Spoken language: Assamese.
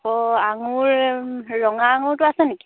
অ' আঙুৰ ৰঙা আঙুৰটো আছে নেকি